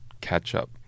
catch-up